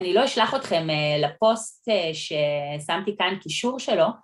אני לא אשלח אתכם לפוסט ששמתי כאן קישור שלו.